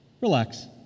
relax